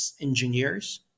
engineers